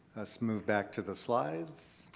us move back to the slides.